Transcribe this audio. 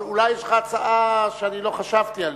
אבל אולי יש לך הצעה שאני לא חשבתי עליה.